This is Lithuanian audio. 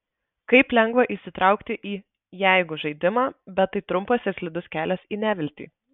kaip lengva įsitraukti į jeigu žaidimą bet tai trumpas ir slidus kelias į neviltį